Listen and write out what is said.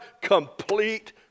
complete